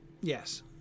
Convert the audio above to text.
Yes